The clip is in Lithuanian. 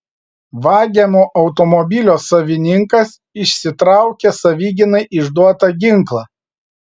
vagiamo automobilio savininkas išsitraukė savigynai išduotą ginklą